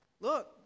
Look